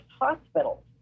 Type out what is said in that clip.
hospitals